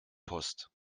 post